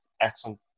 excellent